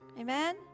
Amen